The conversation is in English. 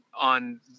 on –